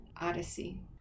odyssey